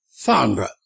Farnborough